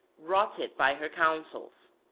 wrought it by her counsels.